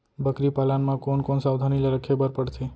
बकरी पालन म कोन कोन सावधानी ल रखे बर पढ़थे?